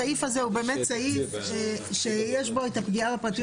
הסעיף הזה הוא באמת סעיף שיש בו את הפגיעה בפרטיות